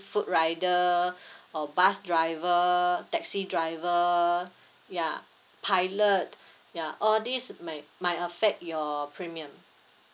food rider or bus driver taxi driver ya pilot ya all these might might affect your premium